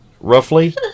roughly